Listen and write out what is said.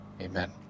Amen